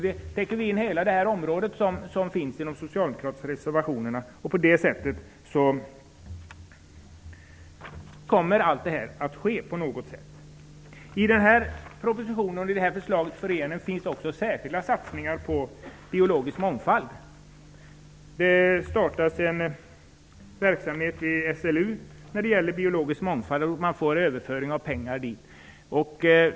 Vi täcker in hela det område som berörs i de socialdemokratiska reservationerna. Allt det som tas upp där kommer att genomföras på något sätt. I propositionen som vi nu behandlar finns också särskilda satsningar på biologisk mångfald. Det startas en verksamhet i SLU när det gäller biologisk mångfald, och pengar förs över dit.